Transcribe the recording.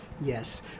Yes